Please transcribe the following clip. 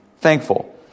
thankful